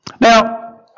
Now